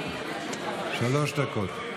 שלוש דקות.